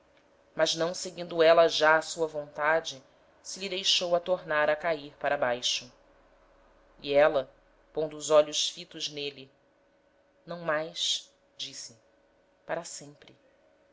mas não seguindo éla já a sua vontade se lhe deixou a tornar a cair para baixo e éla pondo os olhos fitos n'êle não mais disse para sempre